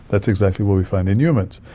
that's exactly what we find in humans.